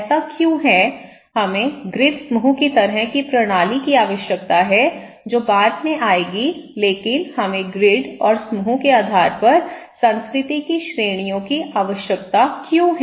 ऐसा क्यों है हमें ग्रिड समूह की तरह की प्रणाली की आवश्यकता है जो बाद में आएगी लेकिन हमें ग्रिड और समूह के आधार पर संस्कृति की श्रेणियों की आवश्यकता क्यों है